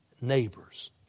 neighbors